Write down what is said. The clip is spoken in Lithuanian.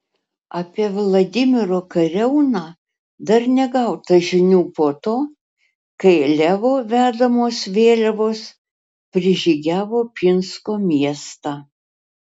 apie vladimiro kariauną dar negauta žinių po to kai levo vedamos vėliavos prižygiavo pinsko miestą